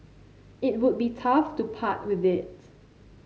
it would be tough to part with it